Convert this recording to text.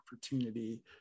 opportunity